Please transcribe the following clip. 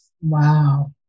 Wow